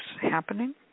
happening